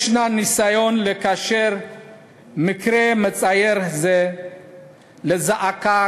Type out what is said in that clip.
יש ניסיון לקשר מקרה מצער זה לזעקה